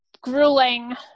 grueling